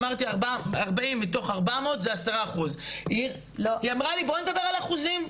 אמרתי 40 מתוך 400 זה 10%. היא אמרה לי בואי נדבר על אחוזים,